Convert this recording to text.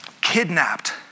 kidnapped